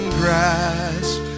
grasp